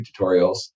tutorials